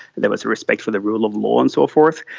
there was a respect for the rule of law and so forth.